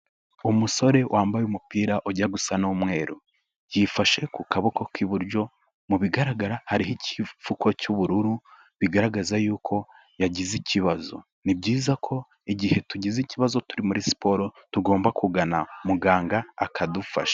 Umusore wambaye umupira ujya gusa n'umweru, yifashe ku kaboko k'iburyo, mu bigaragara hariho igipfuko cy'ubururu, bigaragaza y'uko yagize ikibazo, ni byiza ko igihe tugize ikibazo turi muri siporo tugomba kugana muganga akadufasha.